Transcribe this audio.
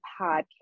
Podcast